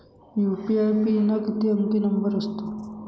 UPI pin हा किती अंकी नंबर असतो?